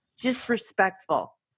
disrespectful